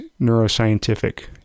neuroscientific